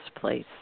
place